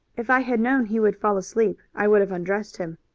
if i had known he would fall asleep i would have undressed him,